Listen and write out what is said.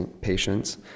patients